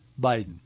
Biden